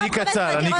אני מוחקת לך אותן.